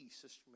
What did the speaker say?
Sister